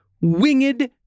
winged